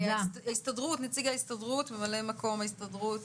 נציג ההסתדרות, ממלא מקום יו"ר ההסתדרות,